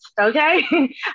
okay